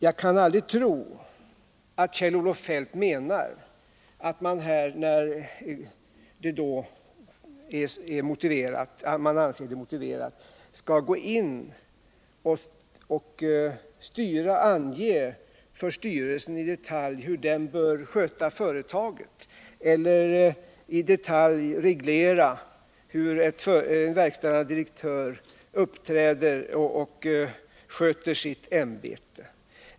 Jag kan aldrig tro att Kjell-Olof Feldt menar att man när man anser att det är motiverat skall gripa in och i detalj för styrelsen ange hur den bör sköta företaget eller reglera hur en verkställande direktör skall uppträda och utöva sitt ämbete.